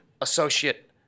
associate